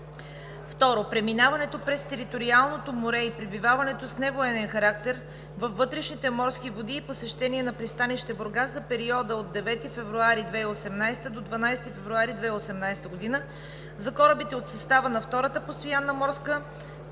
2. Преминаването през териториалното море и пребиваването с невоенен характер във вътрешните морски води и посещение на пристанище Бургас за периода от 9 февруари 2018 г. до 12 февруари 2018 г. за корабите от състава на Втората постоянна морска